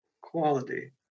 quality